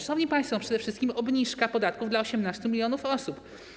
Szanowni państwo, przede wszystkim obniżka podatków dla 18 mln osób.